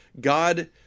God